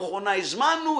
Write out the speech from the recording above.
המכונה - הזמנו,